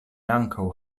ankaŭ